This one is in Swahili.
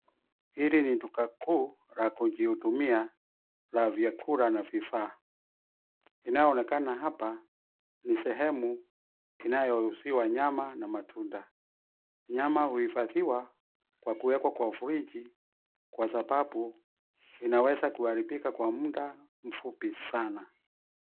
Hili ni duka kuu la kujihudumia la vyakula na vifaa. Inayoonekana hapa ni sehemu inayouziwa nyama na matunda. Nyama huifadhiwa kwa kuwekwa kwa friji kwa sababu inaweza kuharibika kwa muda mfupi sana.